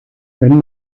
wenn